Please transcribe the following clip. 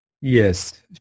Yes